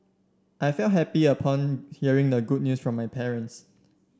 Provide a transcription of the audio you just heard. I felt happy upon hearing the good news from my parents